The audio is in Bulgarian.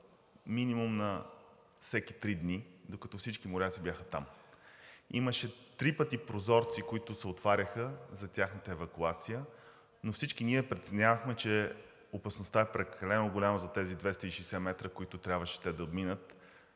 минимум на всеки три дни, докато всички моряци бяха там. Имаше три пъти прозорци, които се отваряха за тяхната евакуация, но всички ние преценявахме, че опасността е прекалено голяма за тези 260 метра, които трябваше те да минат